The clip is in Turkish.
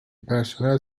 personel